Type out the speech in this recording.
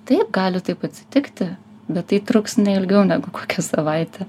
taip gali taip atsitikti bet tai truks ne ilgiau negu kokią savaitę